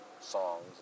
songs